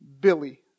billy